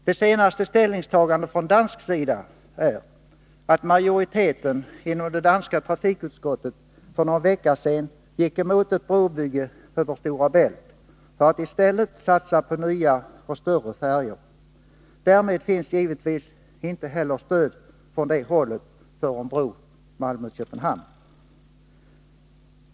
Det senaste ställningstagandet från dansk sida är att majoriteten inom det danska trafikutskottet för någon vecka sedan gick emot ett brobygge över Stora Bält för att i stället satsa på nya och större färjor. Därmed finns givetvis inte heller stöd från det hållet för en bro Malmö-Köpenhamn.